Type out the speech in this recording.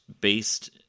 based